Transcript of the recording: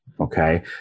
okay